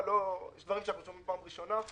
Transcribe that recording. יש דברים שאנחנו שומעים פעם ראשונה.